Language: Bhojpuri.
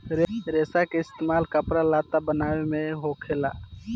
रेसा के इस्तेमाल कपड़ा लत्ता बनाये मे होखेला